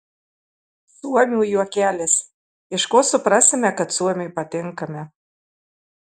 suomių juokelis iš ko suprasime kad suomiui patinkame